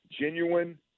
genuine